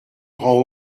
rends